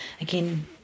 again